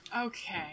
Okay